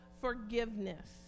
forgiveness